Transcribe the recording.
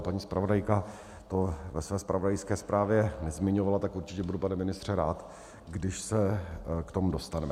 Paní zpravodajka to ve své zpravodajské zprávě nezmiňovala, tak určitě budu, pane ministře, rád, když se k tomu dostaneme.